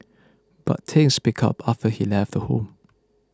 but things picked up after he left the home